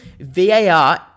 VAR